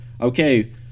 okay